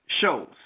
shows